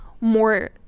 More